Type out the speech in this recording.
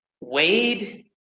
Wade